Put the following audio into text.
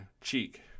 cheek